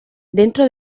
dentro